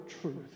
truth